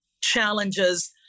challenges